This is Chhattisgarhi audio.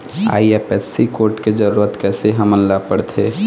आई.एफ.एस.सी कोड के जरूरत कैसे हमन ला पड़थे?